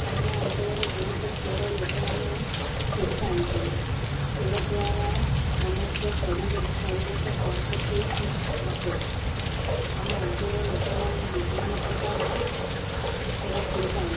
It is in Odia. ଆମ ଅଞ୍ଚଳରେ ବହୁତ ଖେଳ ଲୋକମାନେ ଖେଳିଥାନ୍ତି ଖେଳ ଦ୍ୱାରା ମନୁଷ୍ୟ ଶରୀର ଶରୀରକ ସ୍ୱାସ୍ଥ୍ୟ ଠିକ୍ ରଖେ ଆମ ଅଞ୍ଚଳର ଲୋକମାନେ ବିଭିନ୍ନ ପ୍ରକାର ଖେଳ ଖେଳିଥାନ୍ତି